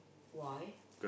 why